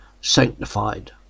sanctified